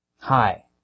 Hi